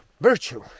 virtue